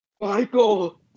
michael